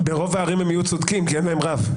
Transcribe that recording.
ברוב הערים הם יהיו צודקים כי אין להם רב.